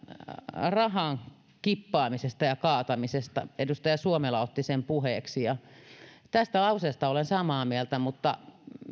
rahan kippaamisesta ja kaatamisesta edustaja suomela otti sen puheeksi tästä lauseesta olen samaa mieltä mutta